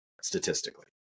statistically